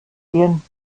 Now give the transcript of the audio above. gehen